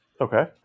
Okay